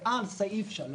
בסעיף 3